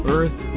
Earth